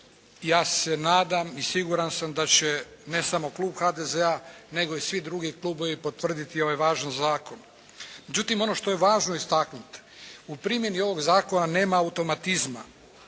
ja se nadam i siguran sam da će, ne samo Klub HDZ-a nego i svi drugi Klubovi potvrditi ovaj važan Zakon. Međutim, ono što je važno istaknuti, u primjeni ovoga Zakona nema automatizma,